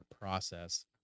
process